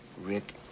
Rick